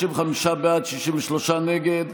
55 בעד, 63 נגד.